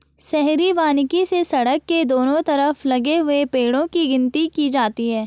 शहरी वानिकी से सड़क के दोनों तरफ लगे हुए पेड़ो की गिनती की जाती है